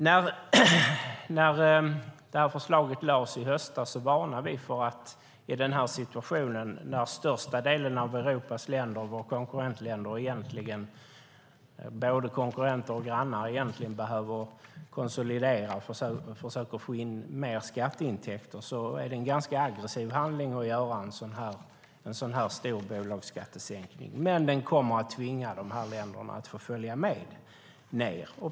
När förslaget lades fram i höstas varnade vi för att det är en ganska aggressiv handling att genomföra en så stor bolagsskattesänkning i en situation där största delen av Europas länder - våra konkurrentländer men egentligen både konkurrenter och grannar - behöver konsolidera och försöka få in mer skatteintäkter. Det kommer att tvinga de här länderna att följa med ned.